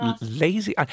lazy